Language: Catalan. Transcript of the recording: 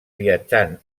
viatjant